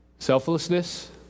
Selflessness